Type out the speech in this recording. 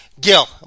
Gil